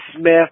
Smith